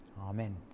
Amen